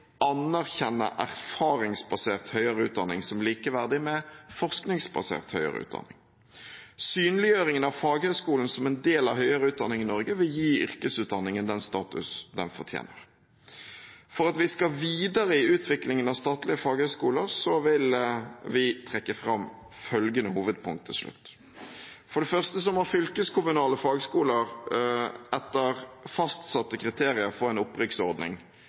anerkjenne erfaringsbasert høyere utdanning som likeverdig med forskningsbasert høyere utdanning. Synliggjøring av faghøyskolene som en del av høyere utdanning i Norge vil gi yrkesutdanningen den status den fortjener. For at vi skal videre i utviklingen av statlige faghøyskoler, vil vi trekke fram følgende hovedpunkt til slutt: For det første må fylkeskommunale fagskoler etter fastsatte kriterier få en opprykksordning